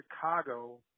Chicago